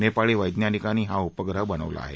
नेपाळी वैज्ञानिकांनी हा उपग्रह बनवला आहे